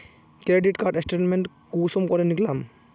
Credit card statement कुंसम करे निकलाम?